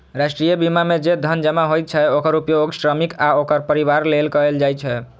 राष्ट्रीय बीमा मे जे धन जमा होइ छै, ओकर उपयोग श्रमिक आ ओकर परिवार लेल कैल जाइ छै